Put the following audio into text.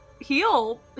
heal